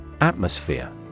Atmosphere